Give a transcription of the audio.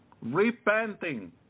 repenting